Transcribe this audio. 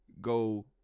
go